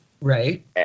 Right